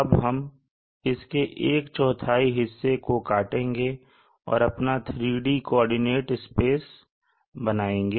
अब हम इसके एक चौथाई हिस्से को काटेंगे और अपना 3D कोऑर्डिनेट स्पेस बनाएंगे